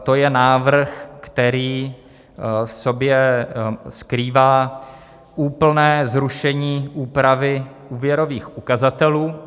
To je návrh, který v sobě skrývá úplné zrušení úpravy úvěrových ukazatelů.